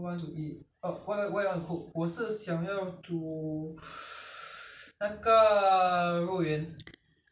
其实两个都可以肉圆肉丸都可以 I think it doesn't matter you can say both